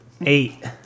Eight